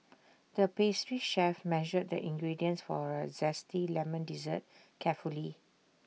the pastry chef measured the ingredients for A Zesty Lemon Dessert carefully